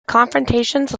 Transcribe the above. confrontations